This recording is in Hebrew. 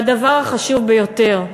והדבר החשוב ביותר,